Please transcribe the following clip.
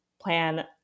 plan